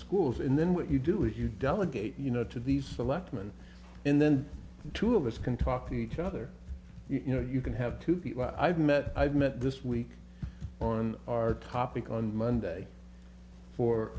schools and then what you do is you delegate you know to these select and and then the two of us can talk to each other you know you can have two people i've met i've met this week on our topic on monday for